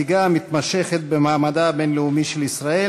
בנושא: הנסיגה המתמשכת במעמדה הבין-לאומי של ישראל